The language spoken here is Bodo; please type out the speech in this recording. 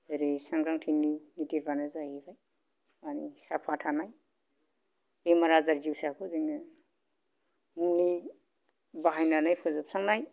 ओरै सांग्रांथिनि गुदिफ्रानो जाहैबाय माने साफा थानाय बेमार आजार जिउसाखौ जोङो मुलि बाहायनानै फोजोबस्रांनाय